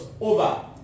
Over